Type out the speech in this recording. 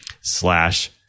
slash